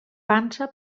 pansa